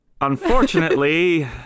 Unfortunately